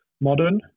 modern